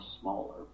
smaller